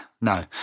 no